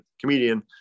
comedian